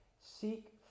Seek